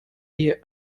wie